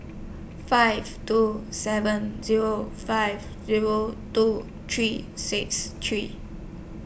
five two seven Zero five Zero two three six three